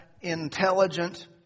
intelligent